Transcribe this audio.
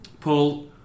Paul